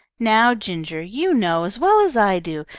now, ginger, you know, as well as i do,